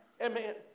Amen